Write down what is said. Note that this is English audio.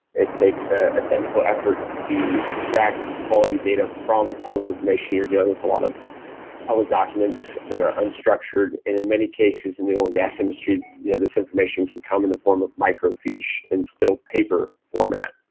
it takes ah a technical effort to extract quality data from public information. you're dealing with a lot of public documents that are unstructured. in in many cases in the oil and gas industry, yeah this information can come in the form of microfiche in still paper format.